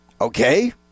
Okay